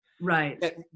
right